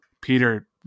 Peter